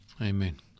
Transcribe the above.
Amen